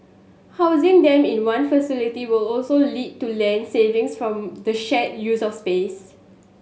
housing them in one facility will also lead to land savings from the shared use of space